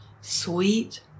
sweet